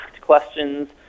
questions